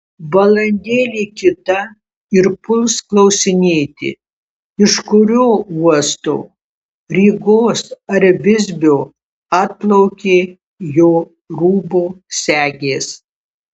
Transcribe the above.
valandėlė kita ir puls klausinėti iš kurio uosto rygos ar visbio atplaukė jo rūbo segės